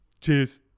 Cheers